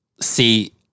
see